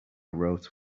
wrote